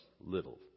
little